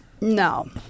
No